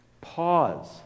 Pause